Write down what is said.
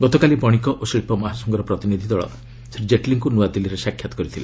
ଗତକାଲି ବଣିକ ଓ ଶିଳ୍ପ ମହାସଂଘର ପ୍ରତିନିଧି ଦଳ ଶ୍ରୀ ଜେଟଲୀଙ୍କୁ ନୂଆଦିଲ୍ଲୀରେ ସାକ୍ଷାତ କରିଥିଲେ